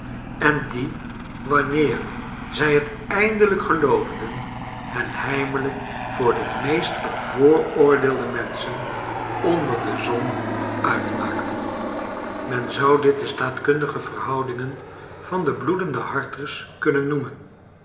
en die wanneer zij het eindelijk geloofden lien heimelijk voor de rneest bevooroordeelde menschen onder de zon uitmaakten men zou dit de staatkundige verhoudingen van de bloedende harters kunnen noemen